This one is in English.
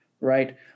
right